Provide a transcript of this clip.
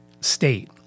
state